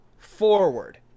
Forward